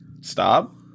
stop